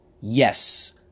Yes